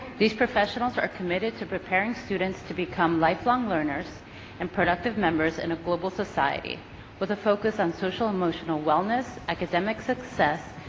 these professionals are are committed to preparing students to become lifelong learners and productive members in a global society with a focus on social emotional wellness, academic success,